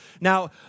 Now